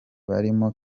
barimo